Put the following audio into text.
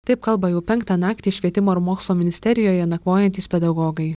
taip kalba jau penktą naktį švietimo ir mokslo ministerijoje nakvojantys pedagogai